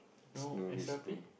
no extra pay